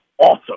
awesome